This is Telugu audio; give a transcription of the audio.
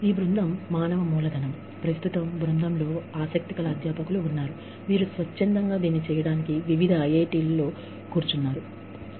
ఈ బృందం మానవ మూలధనం ప్రస్తుతం ఈ బృందంలో ఆసక్తిగల అధ్యాపకులు ఉన్నారు వారు వివిధ ఐఐటిలలో ఈ పని చేయడానికి స్వచ్ఛందంగా ముందుకు వచ్చారు